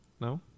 No